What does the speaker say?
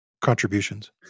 contributions